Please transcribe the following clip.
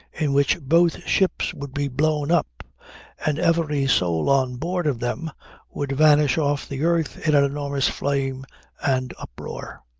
in which both ships would be blown up and every soul on board of them would vanish off the earth in an enormous flame and uproar.